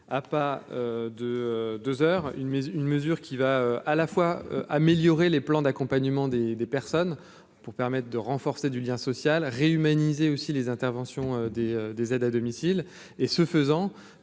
ah pas de deux heures une, une mesure qui va à la fois. Améliorer les plans d'accompagnement des des personnes pour permettre de renforcer du lien social réhumaniser aussi les interventions des des aides à domicile et, ce faisant,